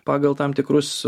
pagal tam tikrus